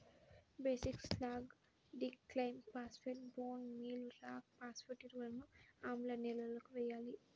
basic slag, డిక్లైమ్ phosphate, bone meal rock phosphate ఎరువులను ఆమ్ల నేలలకు వేయాలి